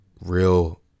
real